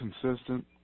consistent